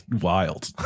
wild